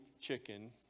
chicken